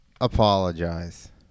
apologize